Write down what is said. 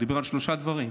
הוא דיבר על שלושה דברים,